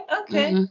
okay